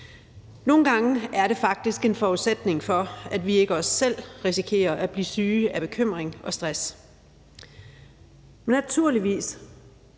Nogle gange er det faktisk en forudsætning for, at vi ikke også selv risikerer at blive syge af bekymring og stress. Men naturligvis